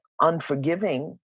unforgiving